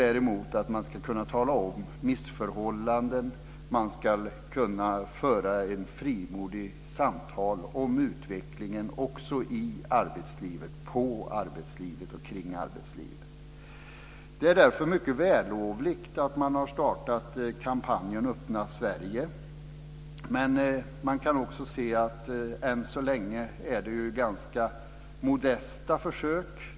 Däremot ska man kunna tala om missförhållanden och kunna föra ett frimodigt samtal om utvecklingen i arbetslivet, på arbetslivet och kring arbetslivet. Det är därför mycket vällovligt att man har startat kampanjen Öppna Sverige. Vi kan dock se att det än så länge är ganska modesta försök.